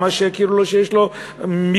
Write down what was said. למה שיכירו שיש לו מגבלה,